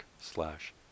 slash